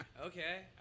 Okay